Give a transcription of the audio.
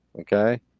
Okay